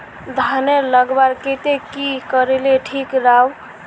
धानेर लगवार केते की करले ठीक राब?